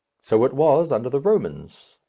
so it was under the romans,